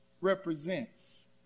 represents